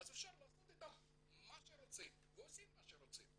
אז אפשר לעשות איתם מה שרוצים ועושים מה שרוצים.